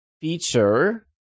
feature